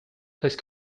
please